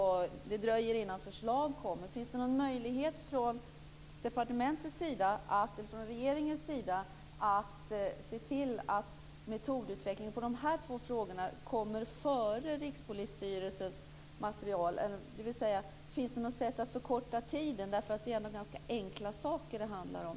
Det dröjer innan förslag kommer. Finns det någon möjlighet att från departementets, regeringens, sida se till att metodutvecklingen vad gäller de här två frågorna kommer före Rikspolisstyrelsens material? Finns det något sätt att förkorta tiden? Det är ändå ganska enkla saker det handlar om.